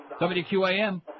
WQAM